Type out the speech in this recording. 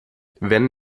wenn